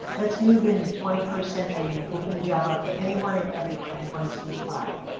let's move into twenty first century and open the job up to anyone and everyone who wants to apply.